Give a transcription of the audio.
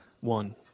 one